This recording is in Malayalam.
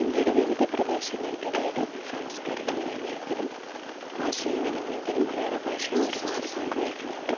ഇന്ത്യയുടെ വിവിധ പ്രദേശങ്ങൾക്കിടയില് സാംസ്കാരിക വിനിമയത്തിലും ആശയ വിനിമയത്തിലും മലയാള ഭാഷ ഒരുപാട് പങ്കു വഹിക്കുന്നുണ്ട്